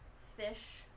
fish